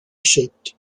shipped